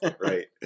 right